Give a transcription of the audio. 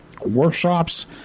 workshops